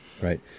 Right